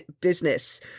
business